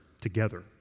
together